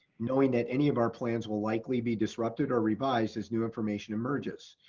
knowing that any of our plans will likely be disrupted or revised as new information emerges.